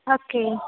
okay